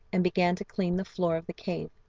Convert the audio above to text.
and began to clean the floor of the cave,